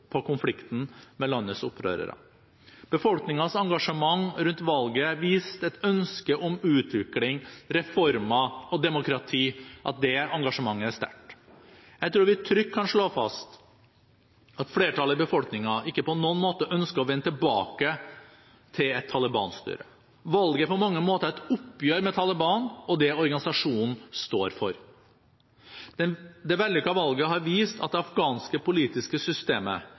på konflikten med landets opprørere. Befolkningens engasjement rundt valget viste at ønsket om utvikling, reformer og demokrati er sterkt. Jeg tror vi trygt kan slå fast at flertallet i befolkningen ikke på noen måte ønsker å vende tilbake til et Taliban-styre. Valget er på mange måter et oppgjør med Taliban og det organisasjonen står for. Det vellykkede valget har vist at det afghanske politiske systemet